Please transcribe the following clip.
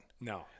No